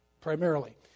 primarily